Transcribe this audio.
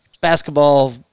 basketball